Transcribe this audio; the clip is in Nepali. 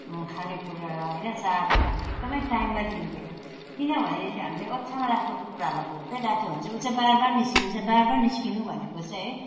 खानेकुरा होइन चारोहरू हामीले एकदम टाइममा दिनु पर्छ किनभने हामीले ओथ्रामा राखेको कुखुरालाई भोकै राख्यो भने चाहिँ उयो चाहिँ बार बार निस्कन्छ बार बार निस्कनु भनेको चाहिँ है